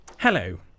Hello